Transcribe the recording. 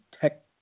tech